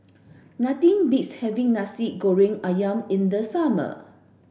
nothing beats having Nasi Goreng Ayam in the summer